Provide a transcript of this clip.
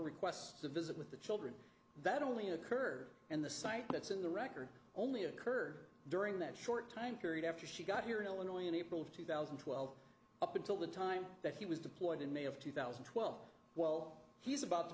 request to visit with the children that only occur and the site that's in the record only occurred during that short time period after she got here in illinois in april of two thousand and twelve up until the time that he was deployed in may of two thousand and twelve while he's about to